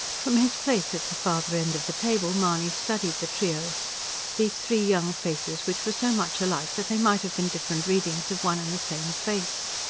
from his place at the farther end of the table mahony studied the trio these three young faces which were so much alike that they might have been different readings of one and the same face.